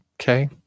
Okay